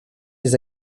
des